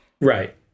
Right